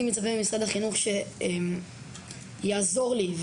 הייתי מצפה ממשרד החינוך שיעזור לי,